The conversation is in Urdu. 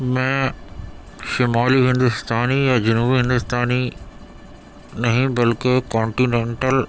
میں شمالی ہندوستانی یا جنوبی ہندوستانی نہیں بلکہ کونٹیننٹل